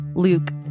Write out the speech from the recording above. Luke